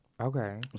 Okay